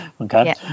okay